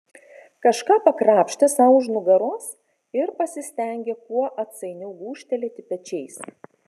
kažką pakrapštė sau už nugaros ir pasistengė kuo atsainiau gūžtelėti pečiais